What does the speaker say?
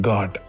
God